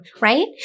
right